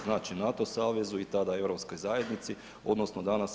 Znači NATO savezu i tada Europskoj zajednici, odnosno danas EU.